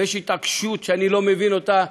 ויש התעקשות שאני לא מבין אותה,